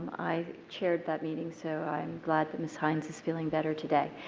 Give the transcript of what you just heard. i chaired that meeting so i'm glad that ms. hynes is feeling better today.